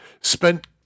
spent